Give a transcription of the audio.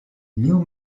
new